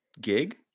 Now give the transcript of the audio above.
gig